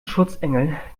schutzengel